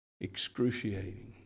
Excruciating